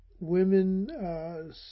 women